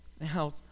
Now